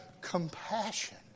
compassion